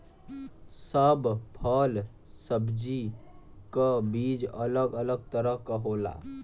सब फल सब्जी क बीज अलग अलग तरह क होला